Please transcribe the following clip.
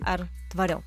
ar tvariau